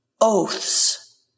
oaths